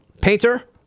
Painter